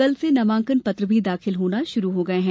कल से नामांकन पत्र भी दाखिल होना शुरू हो गये हैं